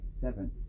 seventh